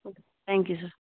thank you sir